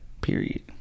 period